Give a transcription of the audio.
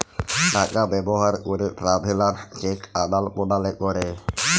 টাকা ব্যবহার ক্যরে ট্রাভেলার্স চেক আদাল প্রদালে ক্যরে